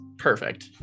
Perfect